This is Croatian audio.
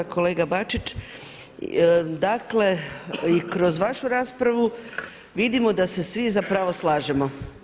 Kolega Bačić, dakle, i kroz vašu raspravu vidimo da se svi zapravo slažemo.